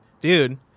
dude